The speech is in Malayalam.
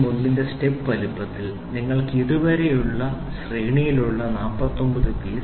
01 ന്റെ സ്റ്റെപ്പ് വലുപ്പത്തിൽ നിങ്ങൾക്ക് ഇതുവരെയുള്ള ശ്രേണിയിലുള്ള 49 പീസ്